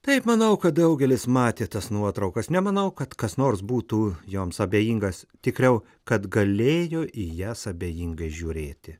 taip manau kad daugelis matė tas nuotraukas nemanau kad kas nors būtų joms abejingas tikriau kad galėjo į jas abejingai žiūrėti